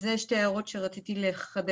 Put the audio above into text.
אלה שני הדברים שרציתי לחדד.